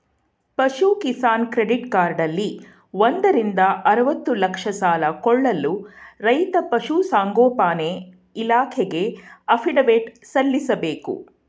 ಪಶು ಕಿಸಾನ್ ಕ್ರೆಡಿಟ್ ಕಾರ್ಡಲ್ಲಿ ಒಂದರಿಂದ ಅರ್ವತ್ತು ಲಕ್ಷ ಸಾಲ ಕೊಳ್ಳಲು ರೈತ ಪಶುಸಂಗೋಪನೆ ಇಲಾಖೆಗೆ ಅಫಿಡವಿಟ್ ಸಲ್ಲಿಸ್ಬೇಕು